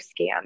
scam